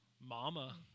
Mama